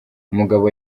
umugabo